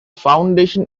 foundation